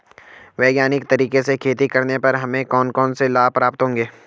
वैज्ञानिक तरीके से खेती करने पर हमें कौन कौन से लाभ प्राप्त होंगे?